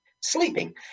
sleeping